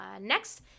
Next